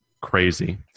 crazy